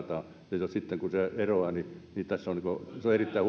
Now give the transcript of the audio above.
kaatamaan ja sitten kun se eroaa niin niin se on erittäin